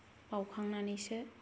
बावखांनानैसो